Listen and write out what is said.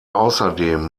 außerdem